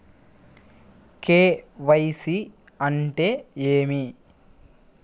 KYC అంటే ఏమి?